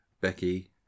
Becky